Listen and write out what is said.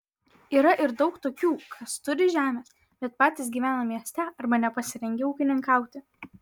yra ir daug tokių kas turi žemės bet patys gyvena mieste arba nepasirengę ūkininkauti